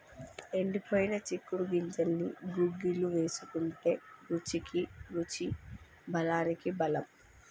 ఎండిపోయిన చిక్కుడు గింజల్ని గుగ్గిళ్లు వేసుకుంటే రుచికి రుచి బలానికి బలం